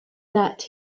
that